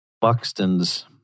Buxton's